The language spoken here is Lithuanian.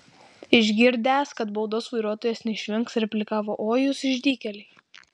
išgirdęs kad baudos vairuotojas neišvengs replikavo oi jūs išdykėliai